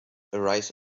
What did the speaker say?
arise